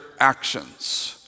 actions